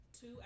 Two